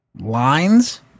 lines